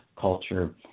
culture